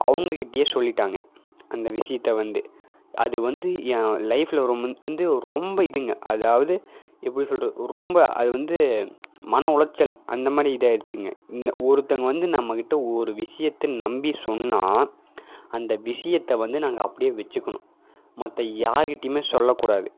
அவங்கக்கிட்டேயே சொல்லிவிட்டாங்க அந்த விஷியத்த வந்து அது வந்து என் லைஃப்பில் ரொம்ப வந்து வந்து ரொம்ப இதுங்க அதாவது எப்படி சொல்வது ஓ ரொம்ப அது வந்து மன உளைச்சல் அந்த மாதிரி இதாகிடுச்சிங்க இந்த ஒருத்தங்க வந்து நம்மக்கிட்டே ஒரு விஷியத்த நம்பி சொன்னால் அந்த விஷியத்த வந்து நாங்கள் அப்படியே வெச்சுக்கணும் மற்ற யாருக்கிட்டேயுமே சொல்லக்கூடாது